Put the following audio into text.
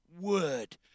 word